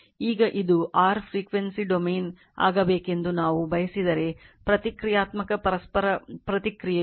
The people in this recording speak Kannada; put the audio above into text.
ಈಗ ಇದು r ಫ್ರೀಕ್ವೆನ್ಸಿ ಡೊಮೇನ್ ಆಗಬೇಕೆಂದು ನಾವು ಬಯಸಿದರೆ ಪ್ರತಿಕ್ರಿಯಾತ್ಮಕ ಪರಸ್ಪರ ಪ್ರತಿಕ್ರಿಯೆಯು L ಆಗಿರುತ್ತದೆ